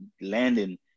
landing